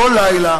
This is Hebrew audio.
כל לילה